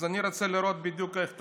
אז אני רוצה לראות בדיוק איך תצביעו.